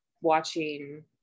watching